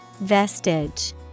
Vestige